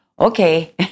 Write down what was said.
Okay